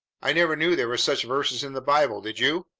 i never knew there were such verses in the bible, did you?